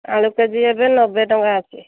ଆଳୁ K G ଏବେ ନବେ ଟଙ୍କା ଅଛି